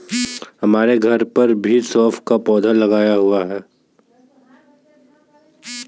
हमारे घर पर भी सौंफ का पौधा लगा हुआ है